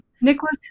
Nicholas